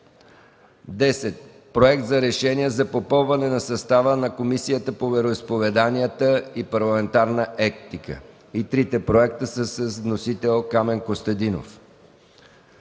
10. Проект за решение за попълване на състава на Комисията по вероизповеданията и парламентарна етика. Трите проекта за решения са с вносител Камен Костадинов.